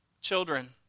children